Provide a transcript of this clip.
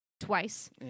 twice